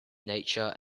nature